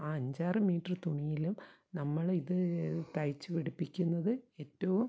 ആ അഞ്ചാറ് മീറ്ററ് തുണിയിലും നമ്മൾ ഇത് തയ്ച്ച് പിടിപ്പിക്കുന്നത് ഏറ്റവും